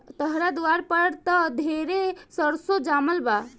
तहरा दुआर पर त ढेरे सरसो जामल बा